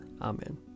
Amen